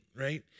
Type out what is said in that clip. right